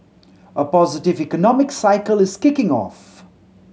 a positive economic cycle is kicking off